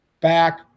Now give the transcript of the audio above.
back